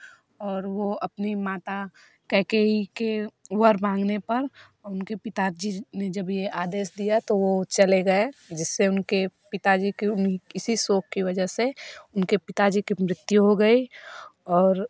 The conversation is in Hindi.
और वह अपनी माता कैकेई के वन माँगने पर उनके पिता जी ने जब यह आदेश दिया तो वह चले गए जिससे उनके पिताजी की उनके इसी शोक के वजह से उनके पिताजी की मृत्यु हो गई और